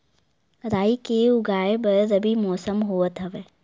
राई के उगाए बर रबी मौसम होवत हवय?